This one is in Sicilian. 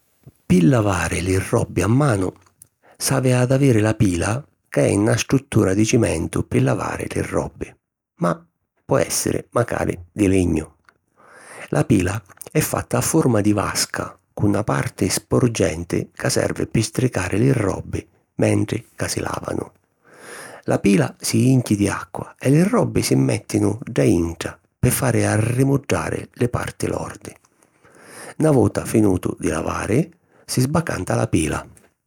Pi lavari li robbi a manu s'havi ad aviri la pila ca è na struttura di cimentu pi lavari li robbi ma po èssiri macari di lignu. La pila è fatta a forma di vasca cu na parti sporgenti ca servi pi stricari li robbi mentri ca si làvanu. La pila si jinchi di acqua e li robbi si mèttinu ddà dintra pi fari arrimuddari li parti lordi. Na vota finutu di lavari, si sbacanta la pila.